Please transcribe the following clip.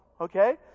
okay